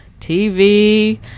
TV